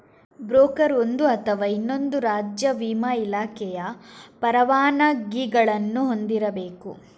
broker ಒಂದು ಅಥವಾ ಇನ್ನೊಂದು ರಾಜ್ಯ ವಿಮಾ ಇಲಾಖೆಯ ಪರವಾನಗಿಗಳನ್ನು ಹೊಂದಿರಬೇಕು